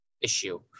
issue